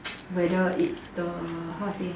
whether is the err how to say